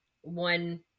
one